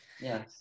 Yes